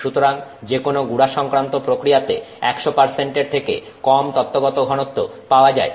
সুতরাং যেকোনো গুড়া সংক্রান্ত প্রক্রিয়াতে 100 এর থেকে কম তত্ত্বগত ঘনত্ব পাওয়া যায়